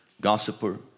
gossiper